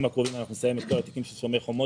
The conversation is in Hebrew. הקרובים אנחנו נסיים את כל התיקים של שומר חומות,